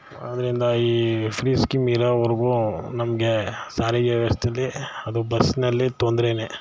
ಆದ್ದರಿಂದ ಈ free scheme ಇರೋವರೆಗೂ ನಮಗೆ ಸಾರಿಗೆ ವ್ಯವಸ್ಥೆಯಲ್ಲಿ ಅದು ಬಸ್ಸಿನಲ್ಲಿ ತೊಂದ್ರೆಯೇ